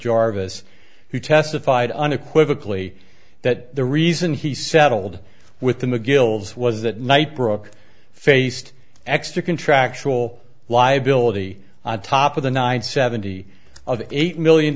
jarvis who testified unequivocally that the reason he settled with the mcgill's was that night broke faced extra contractual liability on top of the nine seventy eight million